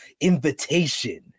invitation